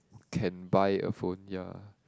can buy a phone ya